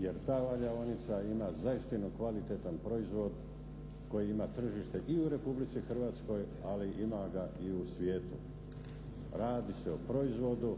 jer ta valjaonica ima zaistinu kvalitetan proizvod koji ima tržište i u Republici Hrvatskoj, ali ima ga i u svijetu. Radi se o proizvodu